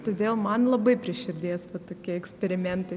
todėl man labai prie širdies tokie eksperimentai